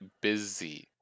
busy